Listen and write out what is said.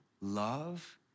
love